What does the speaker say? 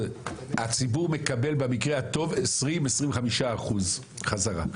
הציבור מקבל במקרה הטוב 20%-25% חזרה.